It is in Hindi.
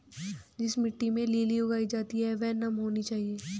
जिस मिट्टी में लिली उगाई जाती है वह नम होनी चाहिए